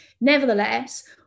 Nevertheless